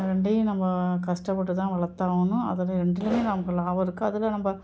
ரெண்டையும் நம்ம கஷ்டப்பட்டு தான் வளர்த்தாவணும் அதில் ரெண்டுலையுமே நமக்கு லாபம் இருக்குது அதில் நம்ப